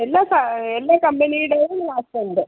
എല്ലാ എല്ലാ കമ്പിനീടെയും ഫ്ലാസ്ക്ക് ഉണ്ട്